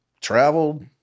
traveled